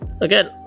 Again